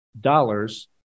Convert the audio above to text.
dollars